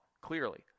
clearly